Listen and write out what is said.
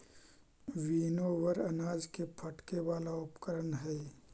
winnower अनाज के फटके वाला उपकरण हई